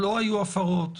לא היו הפרות?